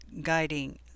guiding